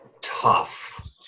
tough